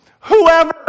whoever